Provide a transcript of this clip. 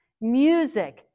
music